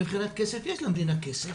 מבחינת כסף, יש למדינה כסף,